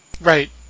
Right